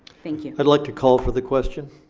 thank you. i'd like to call for the question.